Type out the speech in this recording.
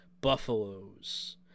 Buffaloes